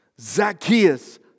Zacchaeus